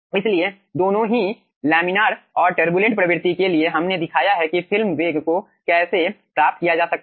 इसलिए दोनों ही लैमिनार और टरबुलेंट प्रवृत्ति के लिए हमने दिखाया है कि फिल्म वेग को कैसे प्राप्त किया जा सकता है